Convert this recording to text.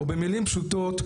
או במילים פשוטות,